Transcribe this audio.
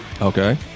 Okay